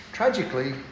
tragically